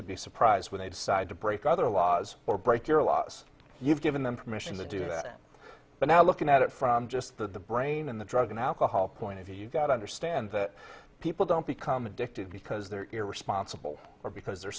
to be surprised when they decide to break other laws or break your laws you've given them permission to do that but now looking at it from just the brain in the drug and alcohol point of view you gotta understand that people don't become addicted because they're irresponsible or because they're